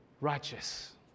righteous